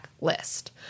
list